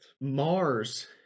Mars